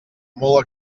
molt